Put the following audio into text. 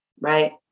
right